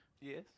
Yes